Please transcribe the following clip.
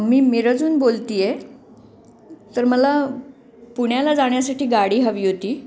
मी मिरजहून बोलते आहे तर मला पुण्याला जाण्यासाठी गाडी हवी होती